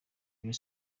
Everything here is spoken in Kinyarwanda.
rayon